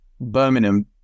Birmingham